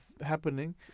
happening